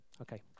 Okay